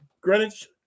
Greenwich